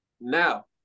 now